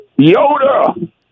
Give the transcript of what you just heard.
Yoda